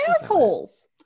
assholes